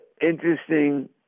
interesting